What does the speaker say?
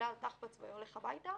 עולה על תחב"צ והולך הביתה.